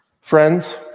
Friends